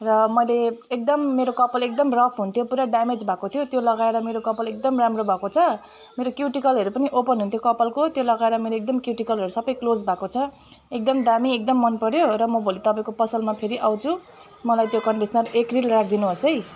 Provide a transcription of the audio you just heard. र मैले एकदम मेरो कपाल एकदम रफ हुन्थ्यो पुरा ड्यामेज भएको थियो त्यो लगाएर मेरो कपाल एकदम राम्रो भएको छ मेरो क्युटिकलहरू पनि ओपन हुन्थ्यो कपालको त्यो लगाएर मैले एकदम क्युटिकलहरू सबै क्लोज भएको छ एकदम दामी एकदम मन पऱ्यो र म भोलि तपाईँको पसलमा फेरि आउँछु मलाई त्यो कन्डिस्नर एक रिल राखिदिनुहोस् है